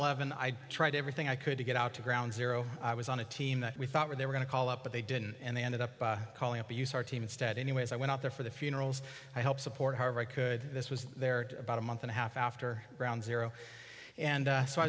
eleven i tried everything i could to get out to ground zero i was on a team that we thought they were going to call up but they didn't and they ended up calling up to use our team instead anyways i went out there for the funerals i help support however i could this was there about a month and a half after ground zero and so i